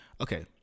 okay